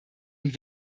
und